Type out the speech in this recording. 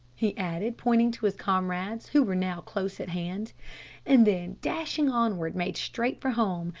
he added, pointing to his comrades, who were now close at hand and then, dashing onward, made straight for home,